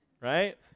right